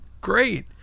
great